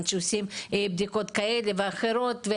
עד שעושים בדיקות כאלה ואחרות,